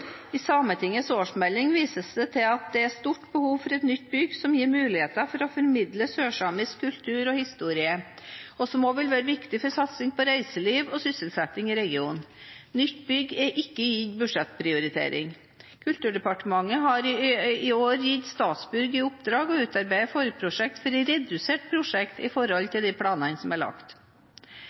I Sametingets årsmelding vises det til at det er stort behov for et nytt bygg som gir muligheter for å formidle sørsamisk kultur og historie, og som også vil være viktig for satsing på reiseliv og sysselsetting i regionen. Nytt bygg er ikke gitt budsjettprioritet. Kulturdepartementet har i år gitt Statsbygg i oppdrag å utarbeide forprosjekt for et redusert prosjekt i forhold til planene som er lagt.